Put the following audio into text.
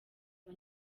aba